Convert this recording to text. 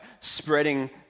spreading